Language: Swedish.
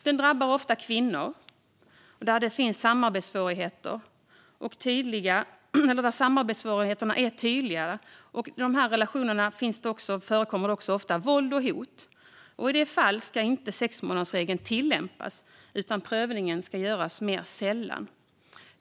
Det drabbar ofta kvinnor när samarbetssvårigheterna är tydligare. I dessa relationer förekommer det också ofta våld och hot. I dessa fall ska inte sexmånadersregeln tillämpas, utan prövningen ska göras mer sällan.